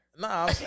nah